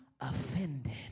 offended